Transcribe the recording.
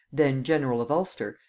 then general of ulster,